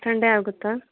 Sunday ಆಗುತ್ತಾ